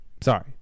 Sorry